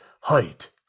height